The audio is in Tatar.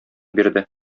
бирде